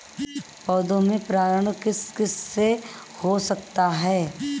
पौधों में परागण किस किससे हो सकता है?